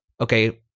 okay